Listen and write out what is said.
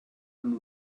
and